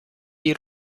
die